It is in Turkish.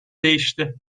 değişti